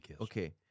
Okay